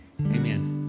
Amen